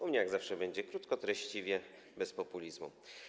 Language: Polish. U mnie, jak zawsze, będzie krótko, treściwie, bez populizmu.